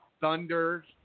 Thunder